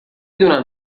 دونم